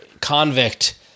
convict